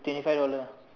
twenty five dollar